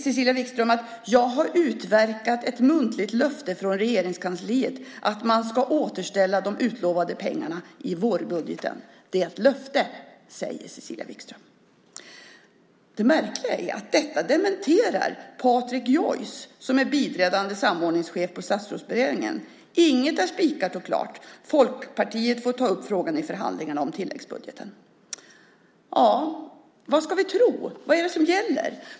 Cecilia Wikström har sagt: Jag har utverkat ett muntligt löfte från Regeringskansliet att man ska återställa de utlovade pengarna i vårbudgeten. Det är ett löfte, säger Cecilia Wikström. Det märkliga är att detta dementerar Patrick Joyce som är biträdande samordningschef på Statsrådsberedningen. Inget är spikat och klart. Folkpartiet får ta upp frågan i förhandlingarna om tilläggsbudgeten, säger han. Vad ska vi tro? Vad är det som gäller?